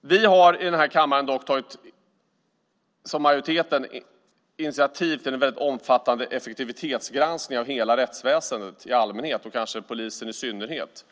Vi i majoriteten i den här kammaren har tagit initiativ till en väldigt omfattande effektivitetsgranskning av hela rättsväsendet i allmänhet och kanske polisen i synnerhet.